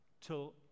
till